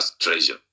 treasure